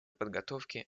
подготовки